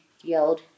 yelled